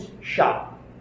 shop